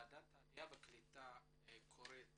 ועדת העלייה והקליטה קוראת